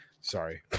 Sorry